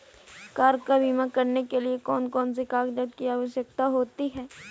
Car का बीमा करने के लिए कौन कौन से कागजात की आवश्यकता होती है?